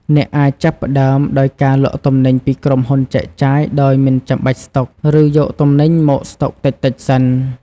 អ្នកអាចចាប់ផ្តើមដោយការលក់ទំនិញពីក្រុមហ៊ុនចែកចាយដោយមិនចាំបាច់ស្តុក ឬយកទំនិញមកស្តុកតិចៗសិន។